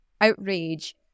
outrage